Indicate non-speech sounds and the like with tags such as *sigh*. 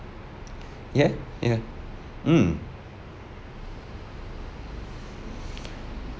*breath* yeah yeah mm *breath*